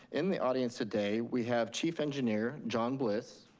in the audience today, we have chief engineer john bliss,